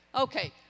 okay